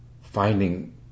finding